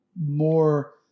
more